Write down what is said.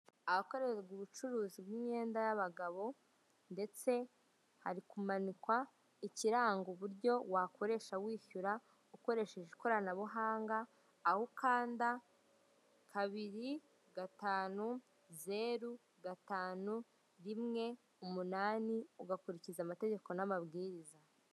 Ahakorerwa ubucuruzi bw'imyenda y'abagabo ndetse hari kumanikwa ikiranga uburyo wakoresha wishyura ukoresheje ikoranabuhanga, aho ukanda kabiri gatanu zeru gatanu rimwe umunani ugakurikiza amategeko n'amabwiriza.